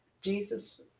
Jesus